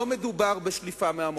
לא מדובר בשליפה מהמותן.